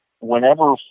whenever